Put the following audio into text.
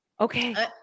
okay